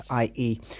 ie